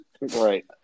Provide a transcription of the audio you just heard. right